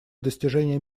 достижения